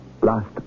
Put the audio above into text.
last